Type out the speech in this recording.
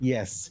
Yes